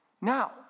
Now